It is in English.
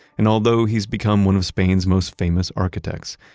and although he's become one of spain's most famous architects,